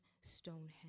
Stonehenge